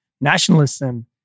nationalism